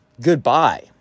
goodbye